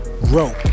rope